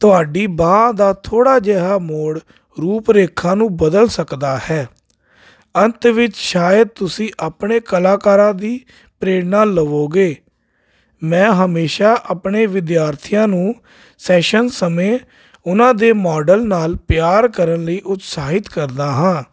ਤੁਹਾਡੀ ਬਾਂਹ ਦਾ ਥੋੜ੍ਹਾ ਜਿਹਾ ਮੋੜ ਰੂਪ ਰੇਖਾ ਨੂੰ ਬਦਲ ਸਕਦਾ ਹੈ ਅੰਤ ਵਿੱਚ ਸ਼ਾਇਦ ਤੁਸੀਂ ਆਪਣੇ ਕਲਾਕਾਰਾਂ ਦੀ ਪ੍ਰੇਰਨਾ ਲਵੋਗੇ ਮੈਂ ਹਮੇਸ਼ਾ ਆਪਣੇ ਵਿਦਿਆਰਥੀਆਂ ਨੂੰ ਸੈਸ਼ਨ ਸਮੇਂ ਉਹਨਾਂ ਦੇ ਮਾਡਲ ਨਾਲ ਪਿਆਰ ਕਰਨ ਲਈ ਉਤਸਾਹਿਤ ਕਰਦਾ ਹਾਂ